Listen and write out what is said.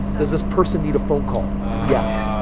does this person need a phone call? yes.